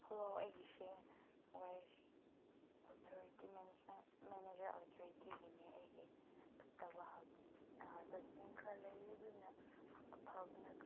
hello ꯑꯩꯒꯤꯁꯦ waste authority management manager ꯑꯣꯊꯣꯔꯤꯇꯤꯒꯤꯅꯦ ꯑꯩꯒꯤ ꯐꯠꯇꯕ ꯗꯁꯕꯤꯟ ꯈꯔ ꯂꯩꯔꯦ ꯑꯗꯨꯅ ꯑꯐꯕꯅ